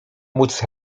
móc